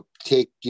take